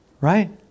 Right